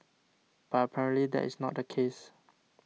but apparently that is not the case